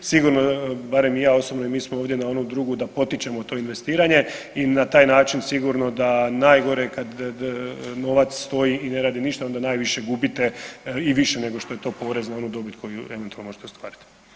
Sigurno barem ja osobno i mi smo ovdje na onu drugu da potičemo to investiranje i na taj način sigurno da najgore kad novac stoji i ne radi ništa onda najviše gubite i više nego što je to porez na onu dobit koju eventualno možete ostvarit.